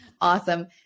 Awesome